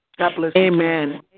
Amen